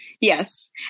Yes